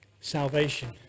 salvation